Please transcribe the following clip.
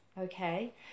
okay